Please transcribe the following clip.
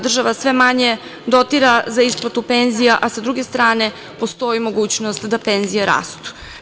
Država sve manje dotira za isplatu penzija, a sa druge strane postoji mogućnost da penzije rastu.